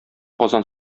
казан